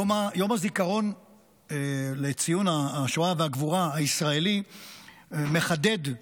יום הזיכרון לציון השואה והגבורה הישראלי מחדד,